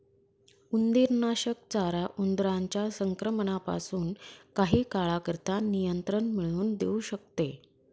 उंदीरनाशक चारा उंदरांच्या संक्रमणापासून काही काळाकरता नियंत्रण मिळवून देऊ शकते